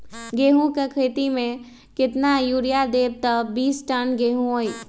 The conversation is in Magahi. गेंहू क खेती म केतना यूरिया देब त बिस टन गेहूं होई?